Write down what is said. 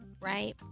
Right